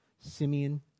Simeon